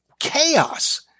chaos